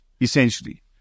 essentially